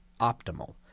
optimal